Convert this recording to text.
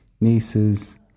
nieces